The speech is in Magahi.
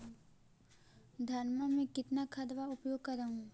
धानमा मे कितना खदबा के उपयोग कर हू?